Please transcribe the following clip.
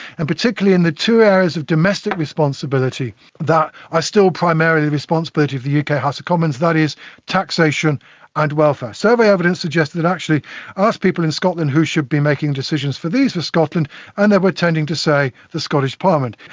and particularly in the two areas of domestic responsibility that are still primarily the responsibility of the uk house of commons, that is taxation and welfare. survey evidence suggests that actually ask people in scotland who should be making decisions for these in scotland and they were tending to say the scottish parliament.